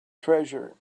treasure